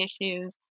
issues